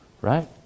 Right